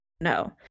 No